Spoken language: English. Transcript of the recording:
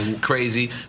crazy